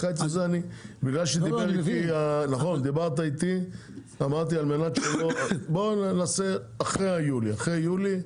הקיץ הזה בגלל שדיברת איתי אמרתי על מנת שלא בוא נעשה אחרי יולי,